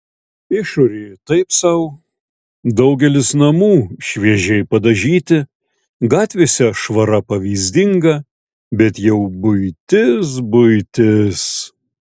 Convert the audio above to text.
išorė taip sau daugelis namų šviežiai padažyti gatvėse švara pavyzdinga bet jau buitis buitis